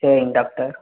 சரிங் டாக்டர்